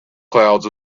clouds